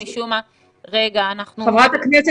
חברת הכנסת,